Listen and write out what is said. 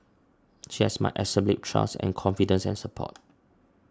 she has my absolute trust and confidence and support